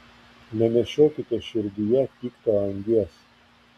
nenešiokite širdyje pikto angies